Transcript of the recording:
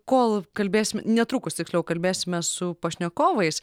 kol kalbėsim netrukus tiksliau kalbėsime su pašnekovais